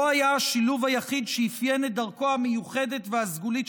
הוא היה שותף מכונן לבניית מוסדותיה של